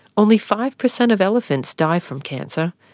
only five per cent of elephants die from cancer,